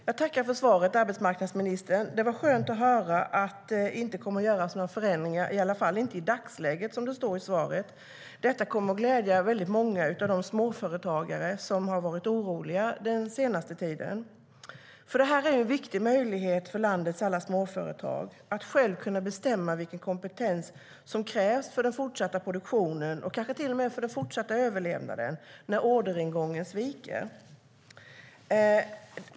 Herr talman! Jag tackar arbetsmarknadsministern för svaret. Det var skönt att höra att det inte kommer att göras några förändringar, i alla fall inte i dagsläget, som det står i svaret. Detta kommer att glädja väldigt många av de småföretagare som har varit oroliga den senaste tiden. Att själv kunna bestämma vilken kompetens som krävs för den fortsatta produktionen och kanske till och med för den fortsatta överlevnaden när orderingången sviker är nämligen en viktig möjlighet för landets småföretag.